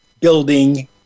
building